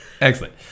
Excellent